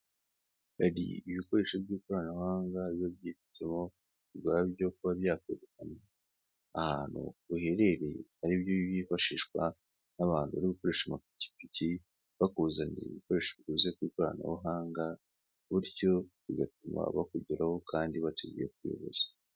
Hari ibikoresho by'ikoranabuhanga biba byibitsemo ubwabyo kuba byakoreshwa ahantu uherereye nabyo byifashishwa n'abantu bari gukoresha amapikipiki bakuzaniye ibikoresho waguze ku ikoranabuhanga bityo bigatuma bakugeraho kandi batagiye kuyoboza.